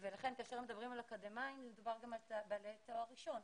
ולכן כאשר מדברים על אקדמאים מדובר גם על בעלי תואר ראשון.